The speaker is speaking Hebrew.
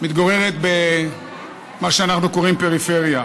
מתגוררת במה שאנחנו קוראים לו פריפריה.